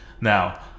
now